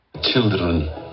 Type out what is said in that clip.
Children